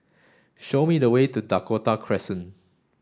show me the way to Dakota Crescent